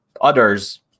others